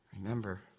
Remember